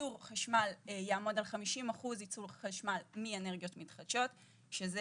ייצור חשמל מאנרגיות מתחדשות שיעמוד על 50 אחוזים,